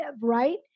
right